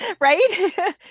right